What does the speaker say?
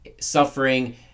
suffering